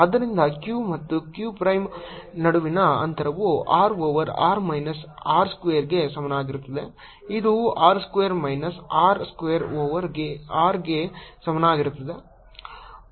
ಆದ್ದರಿಂದ q ಮತ್ತು q prime ನಡುವಿನ ಅಂತರವು r over r minus R ಸ್ಕ್ವೇರ್ಗೆ ಸಮನಾಗಿರುತ್ತದೆ ಇದು r square minus R square over r ಗೆ ಸಮಾನವಾಗಿರುತ್ತದೆ